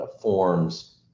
forms